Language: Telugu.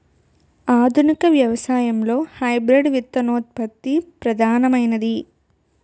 ఆధునిక వ్యవసాయంలో హైబ్రిడ్ విత్తనోత్పత్తి ప్రధానమైనది